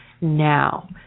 now